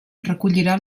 recollirà